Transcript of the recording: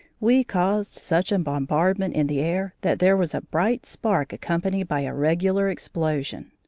we caused such a bombardment in the air that there was a bright spark accompanied by a regular explosion.